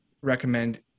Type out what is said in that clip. recommend